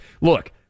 look